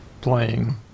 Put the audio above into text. playing